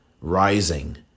Rising